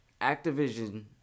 Activision